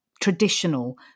traditional